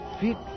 Fit